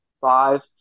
five